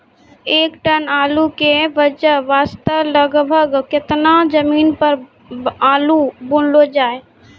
एक टन आलू के उपज वास्ते लगभग केतना जमीन पर आलू बुनलो जाय?